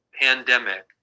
pandemic